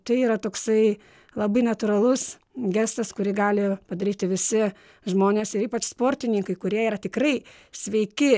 tai yra toksai labai natūralus gestas kurį gali padaryti visi žmonės ir ypač sportininkai kurie yra tikrai sveiki